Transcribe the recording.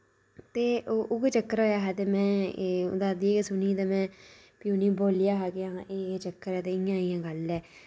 ते उ उ'यै चक्कर होया हा ते मैं दादी दी गै सुनी ही ते मैं फ्ही उनें बोलेआ हा के एह् एह् चक्कर ऐ ते इयां इयां गल्ल ऐ